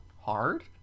hard